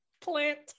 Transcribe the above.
plant